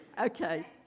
Okay